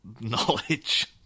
knowledge